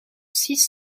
six